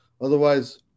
Otherwise